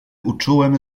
uczułem